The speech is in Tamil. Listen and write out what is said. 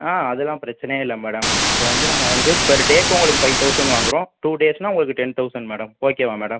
ஆ அதெலாம் பிரச்சனையே இல்லை மேடம் இப்போது வந்து நாங்கள் வந்து பெர் டேக்கு உங்களுக்கு ஃபைவ் தெளசண்ட் வாங்குறோம் டூ டேஸ்னால் உங்களுக்கு டென் தெளசண்ட் மேடம் ஓகேவா மேடம்